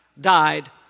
died